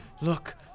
Look